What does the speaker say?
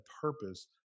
purpose